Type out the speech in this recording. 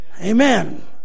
Amen